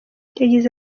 yagize